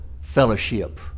fellowship